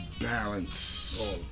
balance